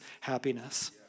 happiness